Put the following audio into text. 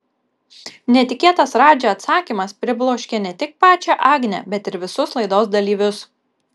netikėtas radži atsakymas pribloškė ne tik pačią agnę bet ir visus laidos dalyvius